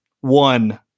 one